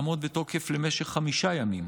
יש הרבה שאלות על האסון שאירע לנו לפני עשרה ימים.